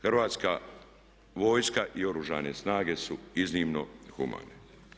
Hrvatska vojska i Oružane snage su iznimno humane.